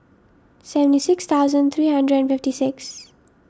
seventy six thousand three hundred and fifty six